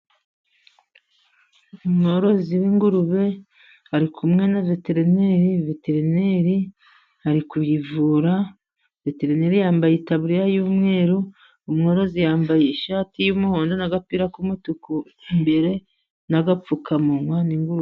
Umworozi w'ingurube ari kumwe na veterineri , veterineri ari kuyivura, veterineri yambaye itaburiya y'umweru, umworozi yambaye ishati y'umuhondo n'agapira k'umutuku imbere n'agapfukamunwa.